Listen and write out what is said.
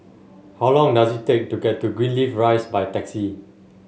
how long does it take to get to Greenleaf Rise by taxi